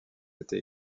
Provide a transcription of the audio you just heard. était